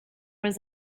was